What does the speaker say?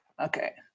Okay